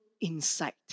insight